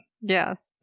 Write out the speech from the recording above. Yes